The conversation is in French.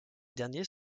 derniers